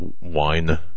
wine